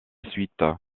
suite